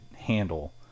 handle